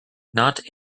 not